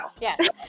Yes